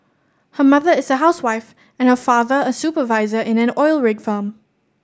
her mother is a housewife and her father a supervisor in an oil rig firm